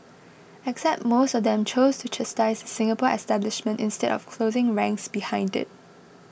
except most of them chose to chastise Singapore establishment instead of closing ranks behind it